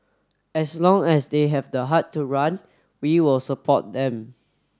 as long as they have the heart to run we will support them